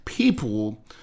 people